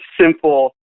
simple